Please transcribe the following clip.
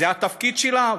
זה התפקיד שלה?